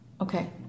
Okay